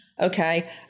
okay